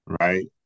right